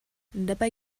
dabei